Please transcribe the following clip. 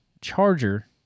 Charger